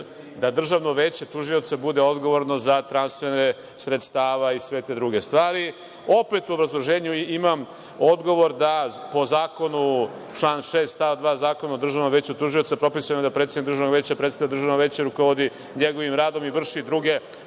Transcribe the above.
da Državno veće tužioca bude odgovorno za transfere sredstava i sve te druge stvari. Opet u obrazloženju imam odgovor da po zakonu, član 6. stav 2. Zakona o Državnom veću tužioca, propisano je da predsednik Državnog veća predstavlja državno veće i rukovodi njegovim radom i vrši druge